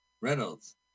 Reynolds